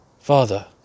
Father